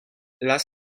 las